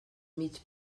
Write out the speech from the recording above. mig